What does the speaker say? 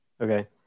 Okay